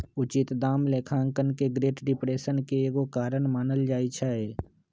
उचित दाम लेखांकन के ग्रेट डिप्रेशन के एगो कारण मानल जाइ छइ